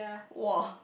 !wah!